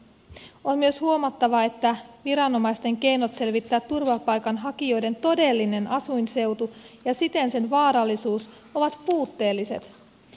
on myös huomattava että viranomaisten keinot selvittää turvapaikanhakijoiden todellinen asuinseutu ja siten sen vaarallisuus ovat puutteelliset